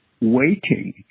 waiting